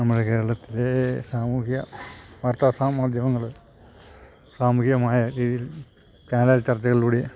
നമ്മളെ കേരളത്തിലെ സാമൂഹ്യ വാർത്ത സ മാധ്യമങ്ങൾ സാമൂഹികമായ രീതിയിൽ ചാനൽ ചർച്ചകളിലൂടെ